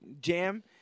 jam